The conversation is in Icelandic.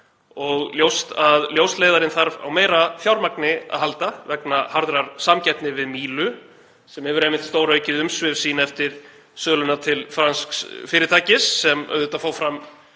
og ljóst að Ljósleiðarinn þarf á auknu fjármagni að halda vegna harðrar samkeppni við Mílu, sem hefur einmitt stóraukið umsvif sín eftir söluna til fransks fyrirtækis sem fór auðvitað fram